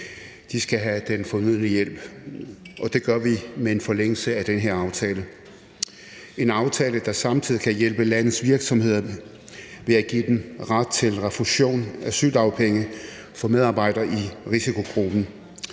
arbejde, have den fornødne hjælp, og det gør vi med en forlængelse af den her aftale. Det er en aftale, der samtidig kan hjælpe landets virksomheder ved at give dem ret til refusion af sygedagpenge for medarbejdere i risikogruppen.